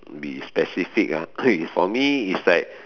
be specific ah if for me is like